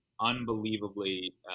unbelievably